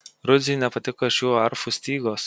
rudziui nepatiko šių arfų stygos